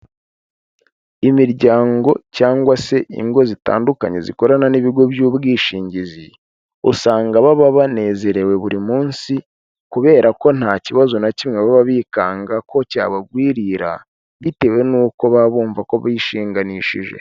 Imiryango cyangwa se ingo zitandukanye zikorana n'ibigo by'ubwishingizi, usanga baba banezerewe buri munsi kubera ko nta kibazo na kimwe baba bikanga ko cyabagwirira bitewe n'uko baba bumva ko bishinganishije.